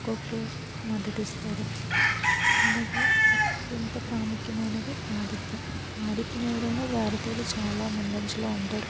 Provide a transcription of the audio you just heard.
ఒకరుకొకరు మద్దతిస్తారు అలాగే అత్యంత ప్రాముఖ్యమైనది ఆదిత్యం ఆదిత్యం ఇవ్వడంలో భారతీయులు చాలా ముందంచలో ఉంటారు